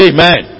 Amen